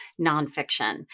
nonfiction